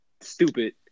stupid